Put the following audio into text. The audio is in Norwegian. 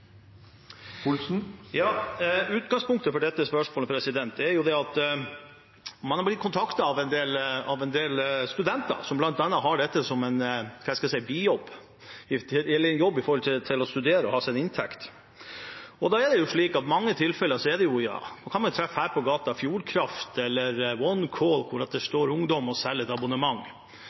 det. Utgangspunktet for dette spørsmålet er at man er blitt kontaktet av en del studenter som bl.a. har dette som en bijobb – en jobb for å ha en inntekt mens de studerer. I mange tilfeller kan man her på gaten treffe Fjordkraft eller OneCall, hvor det står ungdom og selger et abonnement.